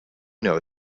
know